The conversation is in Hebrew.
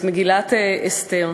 את מגילת אסתר.